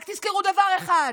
רק תזכרו דבר אחד: